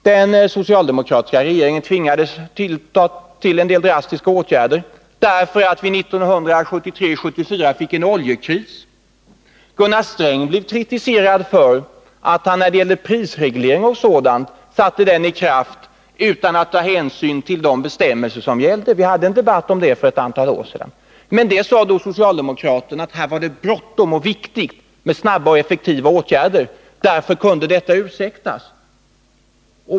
Den socialdemokratiska regeringen tvingades till en del drastiska åtgärder därför att vi 1973-1974 fick en oljekris. Gunnar Sträng blev kritiserad när det gäller bl.a. prisregleringen, för att han satte denna i kraft utan att ta hänsyn till de gällande bestämmelserna. Vi hade en debatt om det för ett antal år sedan. Socialdemokraterna sade då att det var bråttom och viktigt med snabba och effektiva åtgärder. Därför kunde detta ursäktas.